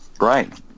Right